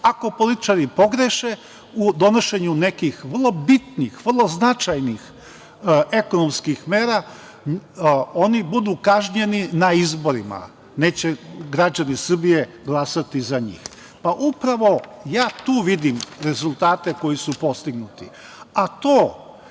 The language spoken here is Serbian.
Ako političari pogreše u donošenju nekih vrlo bitnih, vrlo značajnih ekonomskih mera, oni budu kažnjeni na izborima. Neće građani Srbije glasati za njih. Upravo ja tu vidim rezultate koji su postignuti,